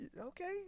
Okay